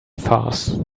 farce